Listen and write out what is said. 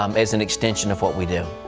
um as an extension of what we do.